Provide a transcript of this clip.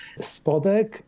Spodek